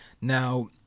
Now